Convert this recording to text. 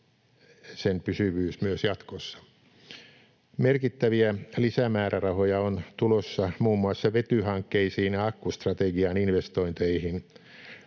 sen pysyvyys, myös jatkossa. Merkittäviä lisämäärärahoja on tulossa muun muassa vetyhankkeisiin ja akkustrategian investointeihin.